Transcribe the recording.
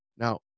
Now